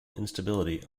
instability